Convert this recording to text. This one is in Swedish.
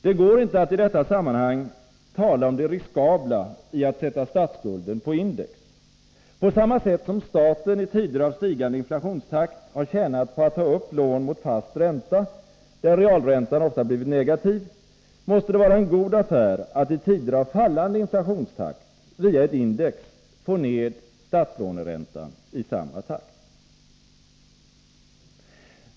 Det går inte att i detta sammanhang tala om det riskabla i att sätta statsskulden på index. På samma sätt som staten i tider av stigande inflationstakt har tjänat på att ta upp lån mot fast ränta, där realräntan ofta blivit negativ, måste det vara en god affär att i tider av fallande inflationstakt via ett index få ned statslåneräntan i samma takt.